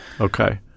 Okay